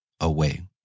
away